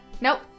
nope